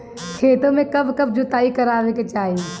खेतो में कब कब जुताई करावे के चाहि?